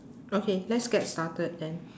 okay let's get started then